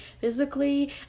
physically